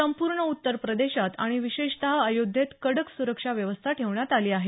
संपूर्ण उत्तर प्रदेशात आणि विषेशतः अयोध्येत कडक सुरक्षा व्यवस्था ठेवण्यात आली आहे